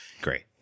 Great